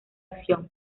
acción